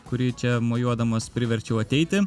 kurį čia mojuodamas priverčiau ateiti